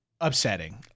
Upsetting